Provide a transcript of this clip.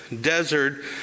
desert